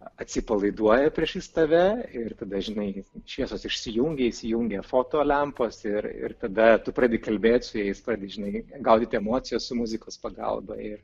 atsipalaiduoja priešais tave ir tada žinai šviesos išsijungia įsijungia foto lempos ir ir tada tu pradedi kalbėt su jais pradedi žinai gaudyti emocijas su muzikos pagalba ir